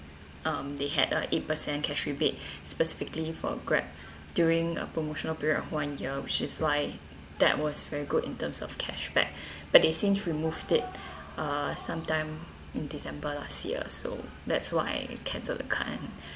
um they had an eight percent cash rebate specifically for Grab during a promotional period of one year which is why that was very good in terms of cash back but they since removed it uh some time in december last year so that's why I cancelled the card